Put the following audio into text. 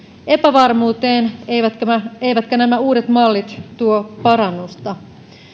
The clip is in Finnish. epävarmuuteen eivätkä nämä uudet mallit tuo parannusta